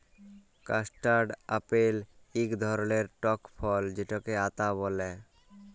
custard apple ইক ধরলের টক ফল যেটকে আতা ব্যলে